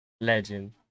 legend